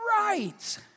right